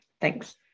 Thanks